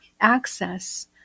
access